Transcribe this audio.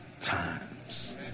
times